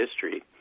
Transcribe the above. history